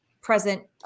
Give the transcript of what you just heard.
present